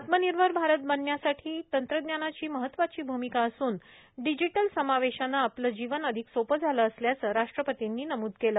आत्मनिर्भर भारत बनण्यासाठी तंत्रज्ञानाची महत्वाची भूमिका असून डिजिटल समावेशाने आपलं जीवन अधिक सोपं झालं असल्याचं राष्ट्रपतींनी नमूद केलं